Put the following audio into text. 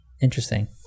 interesting